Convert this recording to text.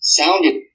sounded